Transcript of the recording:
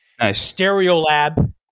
Stereolab